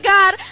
God